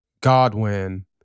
Godwin